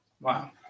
Wow